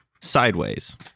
sideways